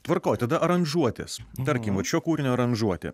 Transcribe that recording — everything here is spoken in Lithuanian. tvarkoj tada aranžuotes tarkim va šio kūrinio aranžuotė